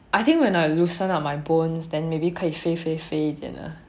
I think when I loosen up my bones then maybe 可以飞飞飞一点啊